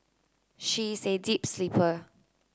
she is a deep sleeper